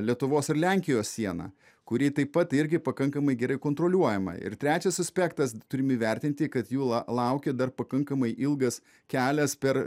lietuvos ir lenkijos sieną kuri taip pat irgi pakankamai gerai kontroliuojama ir trečias aspektas turime įvertinti kad jų la laukia dar pakankamai ilgas kelias per